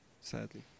sadly